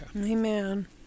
Amen